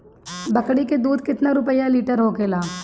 बकड़ी के दूध केतना रुपया लीटर होखेला?